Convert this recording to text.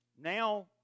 now